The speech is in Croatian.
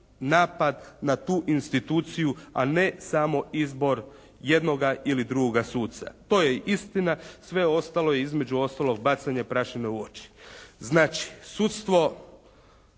napad na tu instituciju, a ne samo izbor jednoga ili drugoga suca. To je istina. Sve ostalo je između ostalog bacanje prašine u oči. Znači sudstvo